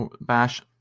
bash